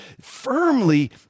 firmly